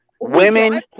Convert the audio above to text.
Women